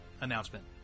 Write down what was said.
announcement